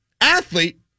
athlete